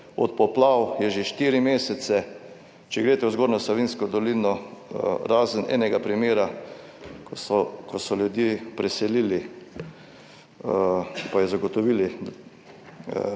Od poplav je že 4 mesece. Če greste v Zgornjo Savinjsko dolino, razen enega primera, ko so ljudi preselili, pa ji zagotovili